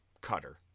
cutter